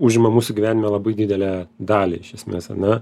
užima mūsų gyvenime labai didelę dalį iš esmės ar ne